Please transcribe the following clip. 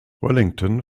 wellington